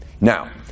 Now